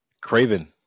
Craven